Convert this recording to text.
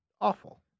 awful